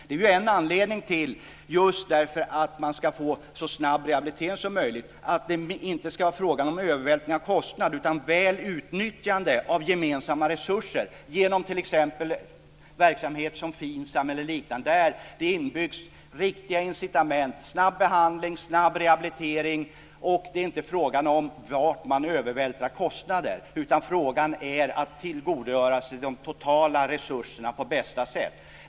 Det är ju en anledning till - just för att man ska få så snabb rehabilitering som möjligt - att det inte ska vara fråga om en övervältring av kostnader utan om väl utnyttjande av gemensamma resurser genom t.ex. verksamheter som FINSAM eller liknande. Där byggs det in riktiga incitament, snabb behandling, snabb rehabilitering. Det är inte fråga om var man övervältrar kostnaderna, utan om att tillgodogöra sig de totala resurserna på bästa sätt.